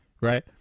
right